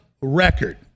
record